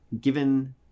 given